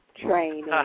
Training